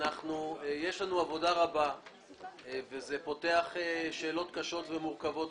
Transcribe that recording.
יש לנו עבודה רבה וזה פותח שאלות קשות ומורכבות,